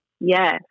Yes